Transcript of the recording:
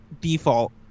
default